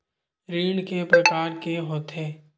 ऋण के प्रकार के होथे?